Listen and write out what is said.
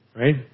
right